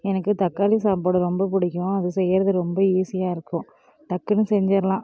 எனக்கு தக்காளி சாப்பாடு ரொம்ப பிடிக்கும் அது செய்யுறது ரொம்ப ஈஸியாக இருக்கும் டக்குனு செஞ்சிடலாம்